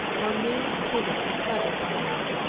henri was proving a clever buyer.